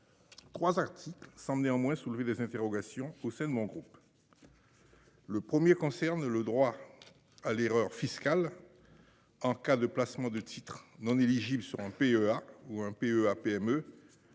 3 articles sans néanmoins soulever des interrogations au sein de mon groupe. Le 1er concerne le droit à l'erreur fiscale. En cas de placement de titres non éligible sur un PEA ou un PEA PME.